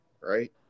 right